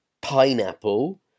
pineapple